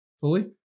fully